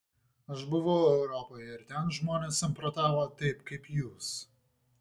aš buvau europoje ir ten žmonės samprotavo taip kaip jūs